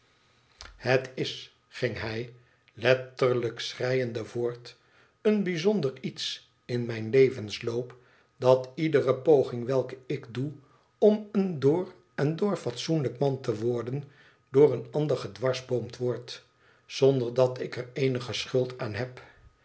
het is ging hij letterlijk schreiende voort t een bijzonder iets in mijn levensloop dat iedere poging welke ik doe om een door en door fatsoenlijk man te worden door een ander gedwarsboomd wordt zonder dat ik er eenige schuld aan heb